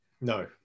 No